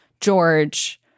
George